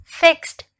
fixed